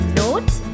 notes